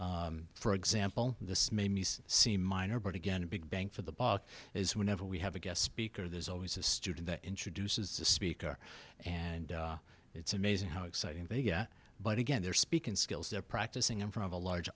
students for example this made me seem minor but again a big bang for the buck is whenever we have a guest speaker there's always a student that introduces the speaker and it's amazing how exciting to get but again they're speaking skills they're practicing in front of a large